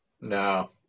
No